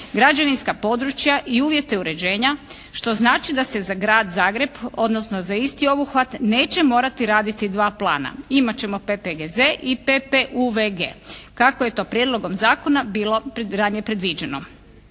građevinska područja i uvjete uređenja što znači da se za Grad Zagreb odnosno za isti obuhvat neće morati raditi dva plana. Imat ćemo PPGZ i PPUVG kako je to prijedlogom zakona bilo ranije predviđeno.